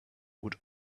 would